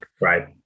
right